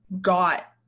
got